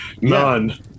None